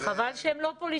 אבל זה לא נוגע אלי?